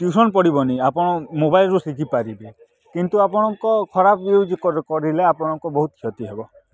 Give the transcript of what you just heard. tuition ପଡ଼ିବନି ଆପଣ ମୋବାଇଲ୍ରୁ ଶିଖିପାରିବେ କିନ୍ତୁ ଆପଣଙ୍କ ଖରାପ ୟୁଜ୍ କରିଲେ ଆପଣଙ୍କ ବହୁତ କ୍ଷତି ହେବ